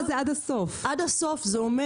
עד הסוף זה אומר